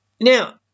Now